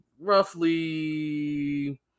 roughly